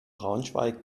braunschweig